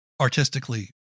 artistically